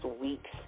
week's